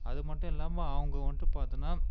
அதுமட்டும் இல்லாமல் அவங்க வந்துட்டு பார்த்தீனா